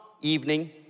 evening